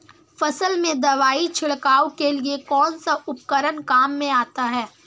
फसल में दवाई छिड़काव के लिए कौनसा उपकरण काम में आता है?